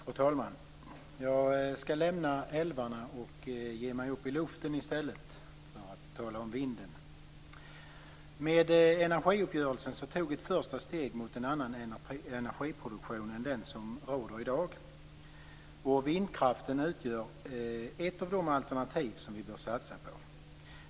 Fru talman! Jag skall lämna älvarna och ge mig upp i luften i stället, för att tala om vinden. Med energiuppgörelsen togs ett första steg mot en annan energiproduktion än den som råder i dag. Vindkraften utgör ett av de alternativ som vi bör satsa på.